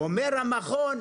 אומר המכון: